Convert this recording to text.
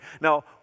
Now